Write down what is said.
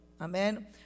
Amen